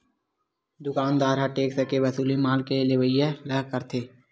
दुकानदार ह टेक्स के वसूली माल के लेवइया ले करथे